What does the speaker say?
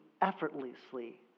effortlessly